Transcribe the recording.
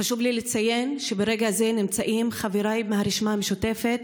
חשוב לי לציין שברגע זה נמצאים חבריי מהרשימה המשותפת,